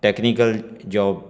technical job